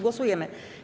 Głosujemy.